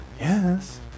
Yes